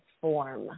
form